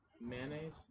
Mayonnaise